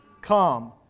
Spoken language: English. Come